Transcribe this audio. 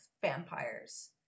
vampires